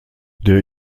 der